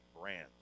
brand